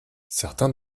certains